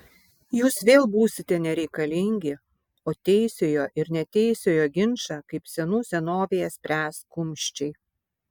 jūs vėl būsite nereikalingi o teisiojo ir neteisiojo ginčą kaip senų senovėje spręs kumščiai